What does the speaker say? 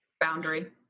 boundary